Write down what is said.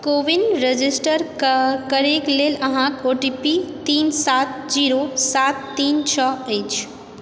CoWIN register करबाक लेल अहाँक ओ टी पी तीन सात जीरो सात तीन छओ अछि